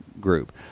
group